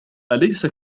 أليس